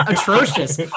atrocious